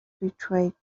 betrayed